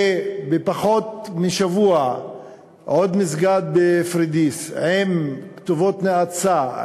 ופחות משבוע עוד מסגד בפוריידיס עם כתובות נאצה,